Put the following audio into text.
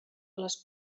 les